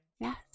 Yes